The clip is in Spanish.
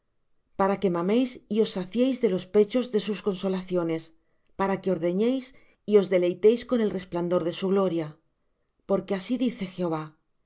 para que maméis y os saciéis de los pechos de sus consolaciones para que ordeñéis y os deleitéis con el resplandor de su gloria porque así dice jehová